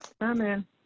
Amen